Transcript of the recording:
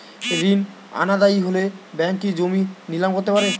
ঋণ অনাদায়ি হলে ব্যাঙ্ক কি জমি নিলাম করতে পারে?